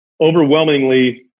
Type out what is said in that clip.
overwhelmingly